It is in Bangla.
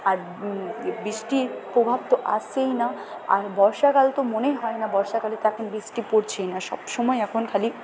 আর এ বৃষ্টির প্রভাব তো আসছেই না আর বর্ষাকাল তো মনেই হয় না বর্ষাকালে তো এখন বৃষ্টি পরছেই না সব সময় এখন খালি